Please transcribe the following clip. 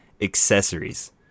accessories